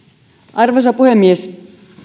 arvoisa puhemies